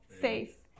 faith